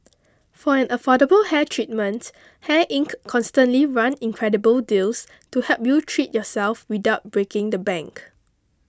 for an affordable hair treatment Hair Inc constantly run incredible deals to help you treat yourself without breaking the bank